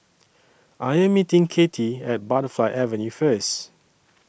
I Am meeting Cathie At Butterfly Avenue First